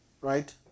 right